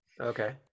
Okay